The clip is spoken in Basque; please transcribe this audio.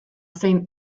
zein